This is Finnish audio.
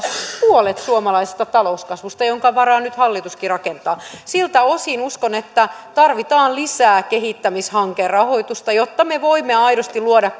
puolet suomalaisesta talouskasvusta jonka varaan nyt hallituskin rakentaa siltä osin uskon että tarvitaan lisää kehittämishankerahoitusta jotta me voimme aidosti luoda